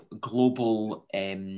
global